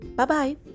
Bye-bye